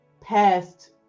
past